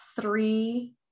three